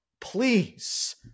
Please